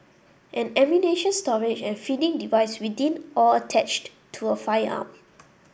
an ammunition storage and feeding device within or attached to a firearm